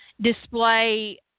display